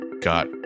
got